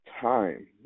time